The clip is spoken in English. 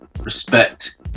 respect